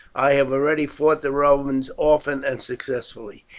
i have already fought the romans often and successfully.